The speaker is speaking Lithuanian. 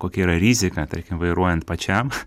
kokia yra rizika tarkim vairuojant pačiam